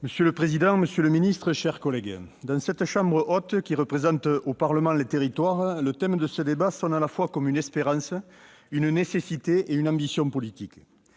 Madame la présidente, monsieur le ministre, mes chers collègues, dans cette chambre haute qui représente au Parlement les territoires, le thème de ce débat sonne à la fois comme une espérance, une nécessité et une ambition politique.